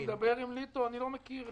אני לא מכיר.